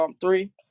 three